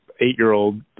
eight-year-old